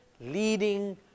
leading